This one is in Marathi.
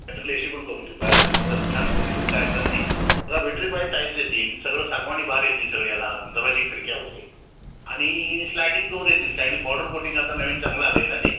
सेंट्रल ए शी पण करून देऊ काय अडचण नाही मस्त छान करून देऊ काय अडचण नाही बघा व्हिटरीफाई टाईल्स येतील सगळं सागवानी बार येतील सगळ्याला दरवाजे खिडक्या वगैरे आणि स्लायडिंग डोअर येतील स्लायडिंग पावडर कोटिंग आता नवीन चांगलं आलं आहे ना ते